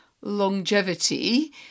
longevity